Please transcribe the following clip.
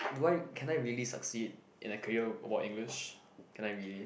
do I can I really succeed in a career about English can I really